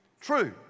true